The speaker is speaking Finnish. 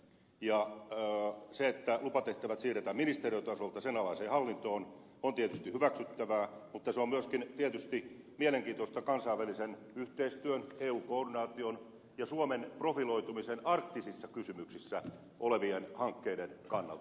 se että lupatehtävät siirretään ministeriötasolta sen alaiseen hallintoon on tietysti hyväksyttävää mutta se on myöskin tietysti mielenkiintoista kansainvälisen yhteistyön eu koordinaation ja suomen profiloitumisen arktisten kysymysten kannalta